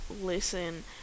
listen